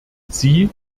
sie